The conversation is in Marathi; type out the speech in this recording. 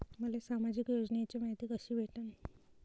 मले सामाजिक योजनेची मायती कशी भेटन?